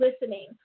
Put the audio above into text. listening